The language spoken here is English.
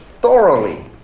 thoroughly